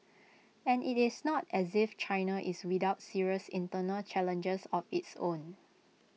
and IT is not as if China is without serious internal challenges of its own